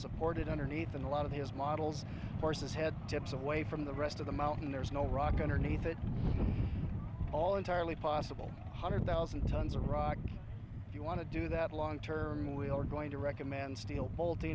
supported underneath and a lot of these models forces head tips away from the rest of the mountain there's no rock underneath it all entirely possible hundred thousand tons of rock if you want to do that long term we are going to recommend steel bolti